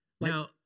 Now